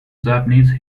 japanese